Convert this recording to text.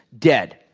dead.